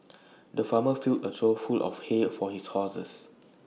the farmer filled A trough full of hay for his horses